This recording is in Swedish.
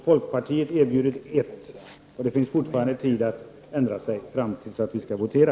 Folkpartiet erbjuder ett. Det finns fortfarande tid att ändra sig fram till dess att vi skall votera.